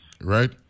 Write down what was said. Right